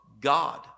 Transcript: God